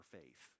faith